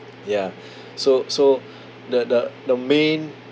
ya so so the the the main